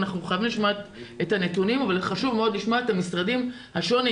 אנחנו חייבים לשמוע את הנתונים אבל חשוב מאוד לשמוע את המשרדים השונים,